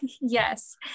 Yes